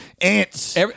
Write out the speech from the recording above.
ants